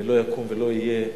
לא יקום ולא יהיה,